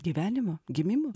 gyvenimo gimimo